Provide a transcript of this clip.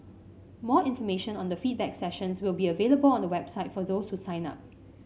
more information on the feedback sessions will be available on the website for those who sign up